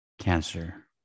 cancer